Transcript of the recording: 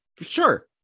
Sure